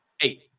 Eight